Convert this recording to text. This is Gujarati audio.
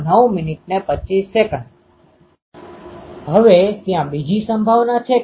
તેથી તે આ બિંદુને પસંદ કરશે કારણ કે આ પેટર્ન પણ અહીં એક બિંદુને પસંદ કરે છે અને આ પણ અહીં એક બિંદુને પસંદ કરે છે